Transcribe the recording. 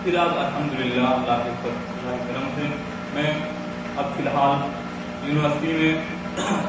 پھر اب الحمد للہ اللہ کے اللہ کے کرم سے میں اب فی الحال یونیورسٹی میں